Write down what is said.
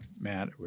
Matt